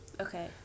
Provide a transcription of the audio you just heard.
Okay